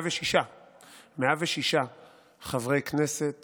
חברי כנסת